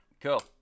Cool